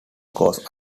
course